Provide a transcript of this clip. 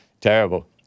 Terrible